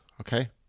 okay